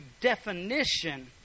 definition